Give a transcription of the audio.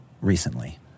recently